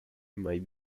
may